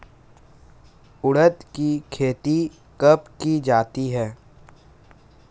उड़द की खेती कब की जाती है?